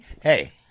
hey